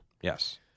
Yes